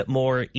more